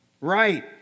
Right